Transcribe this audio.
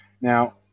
Now